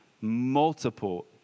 Multiple